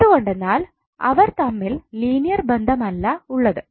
എന്തുകൊണ്ടെന്നാൽ അവർ തമ്മിൽ ലീനിയർ ബന്ധമല്ല ഉള്ളത്